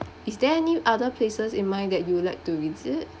is there any other places in mind that you would like to visit